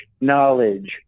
knowledge